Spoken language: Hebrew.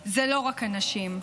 הן לא רק הנשים,